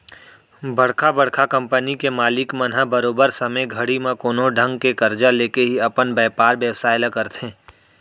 बड़का बड़का कंपनी के मालिक मन ह बरोबर समे घड़ी म कोनो ढंग के करजा लेके ही अपन बयपार बेवसाय ल करथे